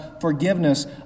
forgiveness